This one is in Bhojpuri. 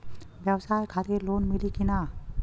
ब्यवसाय खातिर लोन मिली कि ना?